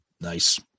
Nice